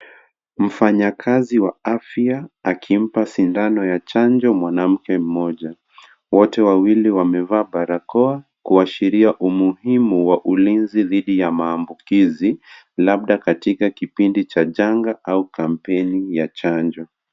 Mfanyakazi wa afya akimpa sindano ya chanjo mwanamke mmoja. Wote wawili wamevaa barakoa, kuashiria umuhimu wa ulinzi dhidi ya maambukizi, labda katika kipindi cha janga au kampeni ya chanjo.